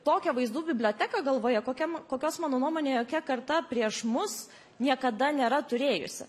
tokią vaizdų biblioteką galvoje kokiam kokios mano nuomone jokia karta prieš mus niekada nėra turėjusi